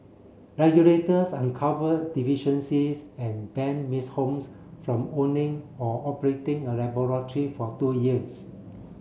regulators uncover deficiencies and ban Ms Holmes from owning or operating a laboratory for two years